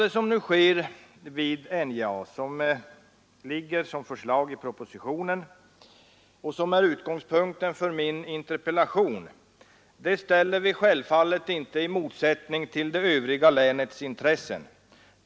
Det som nu sker vid NJA och som ligger som förslag i propositionen och som är utgångspunkten för min interpellation ställer vi självfallet inte i motsättning till det övriga länets intressen.